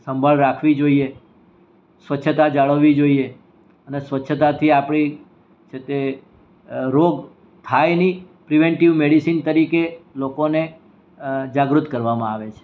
સંભાળ રાખવી જોઈએ સ્વચ્છતા જાળવવી જોઈએ અને સ્વચ્છતાથી આપણી છે તે રોગ થાય નહીં પ્રીવેન્ટિવ મેડિસિન તરીકે લોકોને જાગૃત કરવામાં આવે છે